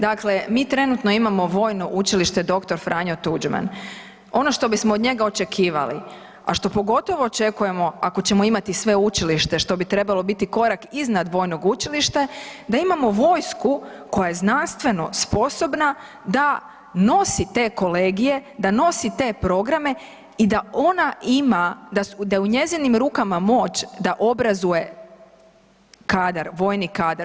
Dakle, mi trenutno imamo Vojno učilište dr. Franjo Tuđman, ono što bismo od njega očekivali, a što pogotovo očekujemo ako ćemo imati sveučilište, što bi trebalo biti korak iznad vojnog učilišta, da imamo vojsku koja je znanstveno sposobna da nosi te kolegije, da nosi te programe i da u njezinim rukama moć da obrazuje kadar, vojni kadar.